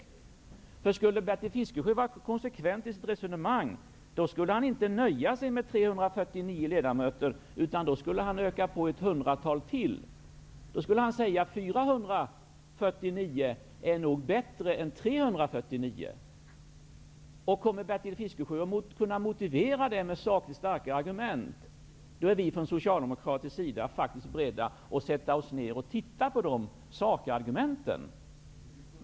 Om Bertil Fiskesjö skulle vara konsekvent i sitt resonemang, skulle han inte nöja sig med 349 ledamöter, utan då skulle han vilja utöka riksdagen med ytterligare ett hundratal ledamöter. Då skulle han säga att det nog är bättre med 449 än med 349. Om Bertil Fiskesjö kommer att kunna motivera detta med sakligt starka argument, är vi från socialdemokratisk sida faktiskt beredda att sätta oss ned och titta på dessa sakargument.